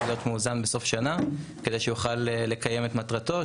להיות מאוזן בסוף שנה כדי שיוכל לקיים את מטרתו,